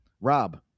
Rob